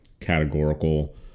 categorical